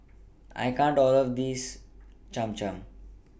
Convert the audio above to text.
I can't All of This Cham Cham